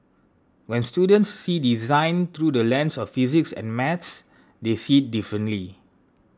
when students see design through the lens of physics and maths they see differently